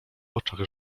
oczach